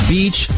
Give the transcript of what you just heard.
Beach